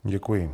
Děkuji.